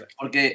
porque